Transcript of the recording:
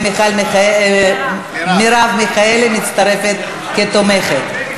ומרב מיכאלי מצטרפת כתומכת.